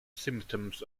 symptoms